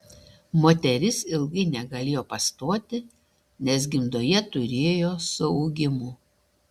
moteris ilgai negalėjo pastoti nes gimdoje turėjo suaugimų